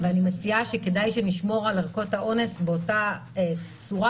ואני מציעה שכדאי שנשמור על ערכות האונס באותה צורה,